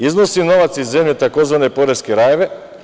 Iznosi novac iz zemlje, tzv. poreske rajeve.